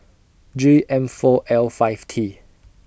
J M four L five T